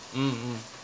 mmhmm